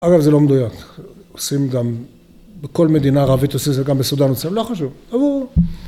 אגב זה לא מדוייק עושים גם בכל מדינה ערבית עושים זה גם בסודן עושים לא חשוב